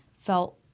felt